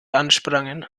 ansprangen